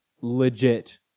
legit